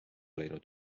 läinud